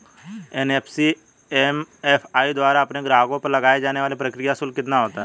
NBFC MFI द्वारा अपने ग्राहकों पर लगाए जाने वाला प्रक्रिया शुल्क कितना होता है?